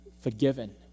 forgiven